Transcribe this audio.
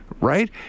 right